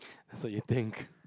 so you think